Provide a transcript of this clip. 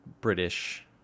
British